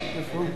הייתי כועס,